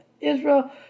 Israel